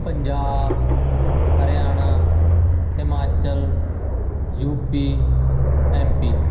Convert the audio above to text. Punjab Haryana Himachal UP MP